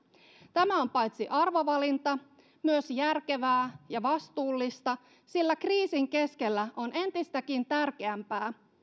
tämä on paitsi arvovalinta myös järkevää ja vastuullista sillä kriisin keskellä on entistäkin tärkeämpää